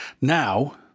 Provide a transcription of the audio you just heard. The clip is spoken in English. Now